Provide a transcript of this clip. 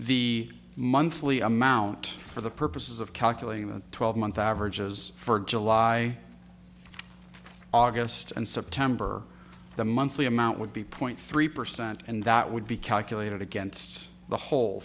the monthly amount for the purposes of calculating the twelve month average is for july august and september the monthly amount would be point three percent and that would be calculated against the whole